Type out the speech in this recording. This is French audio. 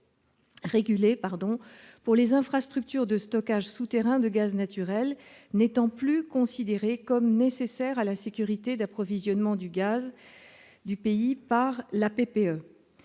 régulé pour les infrastructures de stockage souterrain de gaz naturel n'étant plus considérées comme nécessaires à la sécurité d'approvisionnement en gaz du pays par la PPE.